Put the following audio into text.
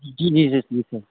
जी जी जी जी सर